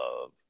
Love